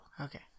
Okay